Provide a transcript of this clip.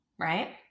right